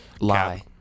Lie